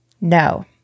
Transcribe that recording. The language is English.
No